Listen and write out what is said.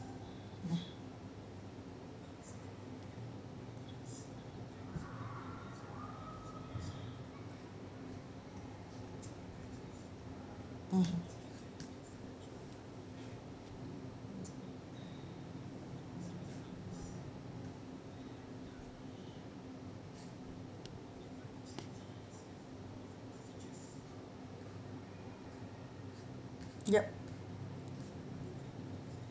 mm yup